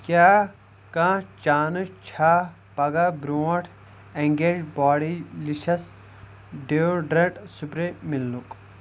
کیٛاہ کانٛہہ چانس چھا پگاہ برٛونٛٹھ اٮ۪نگیج باڈیٖلِشس ڈیوڈرنٛٹ سپرٛے مِلنُکھ؟